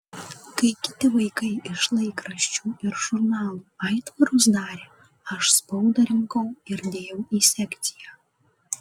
kai kiti vaikai iš laikraščių ir žurnalų aitvarus darė aš spaudą rinkau ir dėjau į sekciją